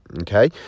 okay